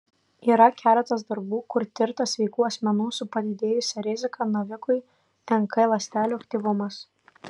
yra keletas darbų kur tirtas sveikų asmenų su padidėjusia rizika navikui nk ląstelių aktyvumas